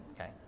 Okay